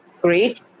great